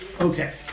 Okay